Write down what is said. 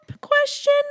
Question